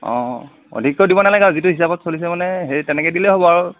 অঁ অঁ অধিকৈও দিব নালাগে আৰু যিটো হিচাবত চলিছে মানে সেই তেনেকৈয়ে দিলেই হ'ব আৰু